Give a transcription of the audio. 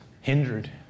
Hindered